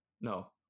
No